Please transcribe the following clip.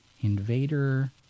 Invader